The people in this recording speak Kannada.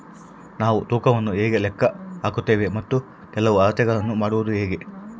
ನಾವು ತೂಕವನ್ನು ಹೇಗೆ ಲೆಕ್ಕ ಹಾಕುತ್ತೇವೆ ಮತ್ತು ಕೆಲವು ಅಳತೆಗಳನ್ನು ಮಾಡುವುದು ಹೇಗೆ?